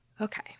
Okay